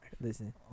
Listen